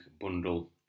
bundle